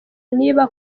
niba